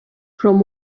from